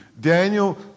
Daniel